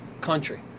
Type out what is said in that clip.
country